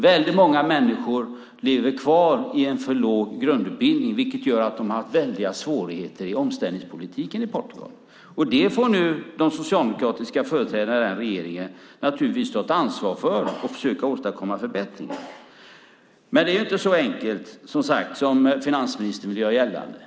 Väldigt många människor har en för låg grundutbildning, vilket gör att man har stora svårigheter i omställningspolitiken i Portugal. Det får nu de socialdemokratiska företrädarna i regeringen där ta ansvar för och försöka åstadkomma förbättringar. Det är alltså inte så enkelt som finansministern försöker göra gällande.